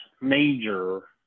major